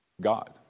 God